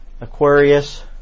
Aquarius